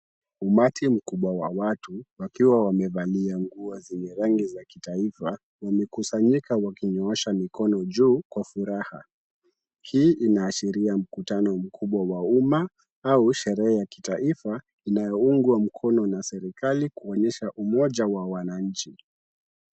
Umati mkubwa wa watu wakiwa wamevalia nguo zenye rangi za kitaifa wamekusanyika wakinyoosha mikono juu kwa furaha. Hii inaashiria mkutano mkubwa wa umma au sherehe ya kitaifa inayoungwa mkono na serikali kuonyesha umoja wa wananchi.